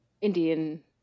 indian